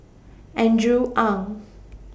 Andrew Ang